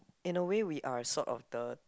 in a way we are sort of the